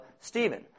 Stephen